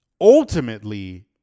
ultimately